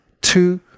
two